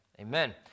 Amen